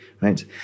right